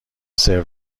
سرو